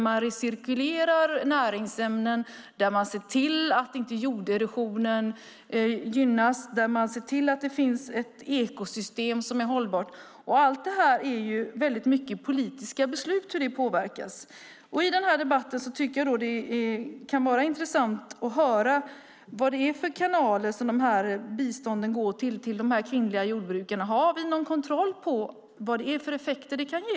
Man recirkulerar näringsämnen, ser till att jorderosionen inte gynnas och ser till att det finns ett ekosystem som är hållbart. Allt det här påverkas väldigt mycket av politiska beslut. I denna debatt tycker jag att det kan vara intressant att få höra vad det är för kanaler som biståndet till de kvinnliga jordbrukarna går genom. Har vi någon kontroll på vad det är för effekter det kan ge?